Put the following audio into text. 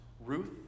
Ruth